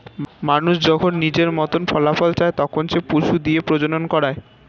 মানুষ যখন নিজের মতন ফলাফল চায়, তখন সে পশু দিয়ে প্রজনন করায়